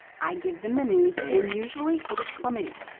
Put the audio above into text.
i give them the news and usually it is chlamydia.